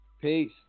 Peace